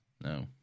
No